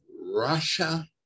Russia